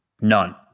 None